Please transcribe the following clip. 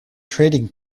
trading